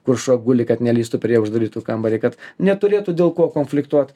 kur šuo guli kad nelįstų prie uždarytų kambarį kad neturėtų dėl ko konfliktuot